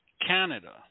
Canada